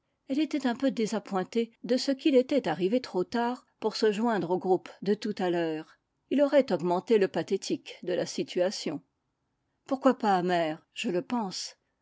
elle était un peu désappointée de ce qu'il était arrivé trop tard pour se joindre au groupe de tout à l'heure il aurait augmenté le pathétique de la situation pourquoi pas mère p je le pense